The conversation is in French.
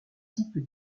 types